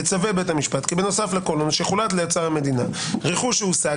יצווה בית המשפט כי בנוסף לכל עונש יחולט רכוש שהושג